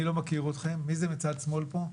אני לא מכיר אתכם, מי מצד שמאל פה,